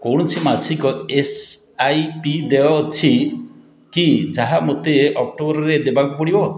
କୌଣସି ମାସିକ S I P ଦେୟ ଅଛି କି ଯାହା ମୋତେ ଅକ୍ଟୋବର୍ରେ ଦେବାକୁ ପଡ଼ିବ